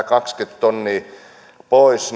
kaksikymmentä tonnia pois